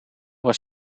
was